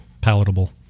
palatable